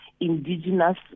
indigenous